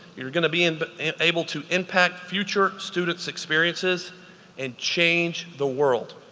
you're gonna be and and able to impact future students' experiences and change the world.